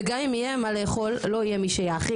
וגם אם יהיה מה לאכול לא יהיה מי שיאכיל.